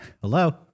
Hello